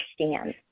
understand